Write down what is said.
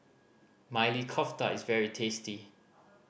Maili Kofta is very tasty